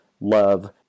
love